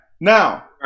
Now